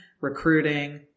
recruiting